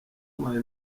mayi